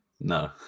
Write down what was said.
No